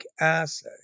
assay